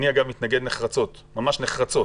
אני, אגב, מתנגד ממש נחרצות.